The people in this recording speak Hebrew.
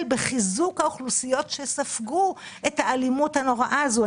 בחיזוק האוכלוסיות שספגו את האלימות הנוראה הזו.